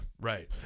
Right